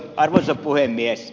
arvoisa puhemies